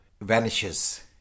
Vanishes